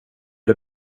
det